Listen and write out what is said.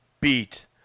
beat